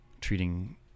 treating